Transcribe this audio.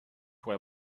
were